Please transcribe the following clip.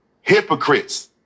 Hypocrites